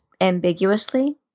ambiguously